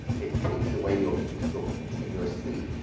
it takes away your your continuous asleep,